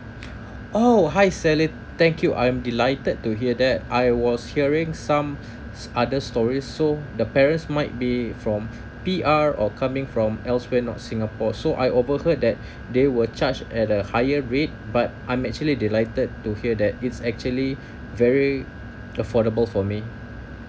oh hi sally thank you I am delighted to hear that I was hearing some other stories so the parents might be from P_R or coming from elsewhere not singapore so I over heard that they will charge at a higher rate but I'm actually delighted to hear that it's actually very affordable for me